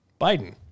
Biden